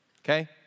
Okay